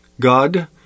God